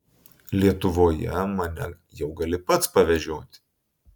lietuvoje mane jau gali pats pavežioti